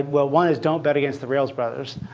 well, one is don't bet against the rales brothers.